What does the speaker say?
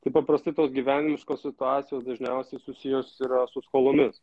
tai paprastai tos gyvenimiškos situacijos dažniausiai susijus yra su skolomis